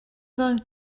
going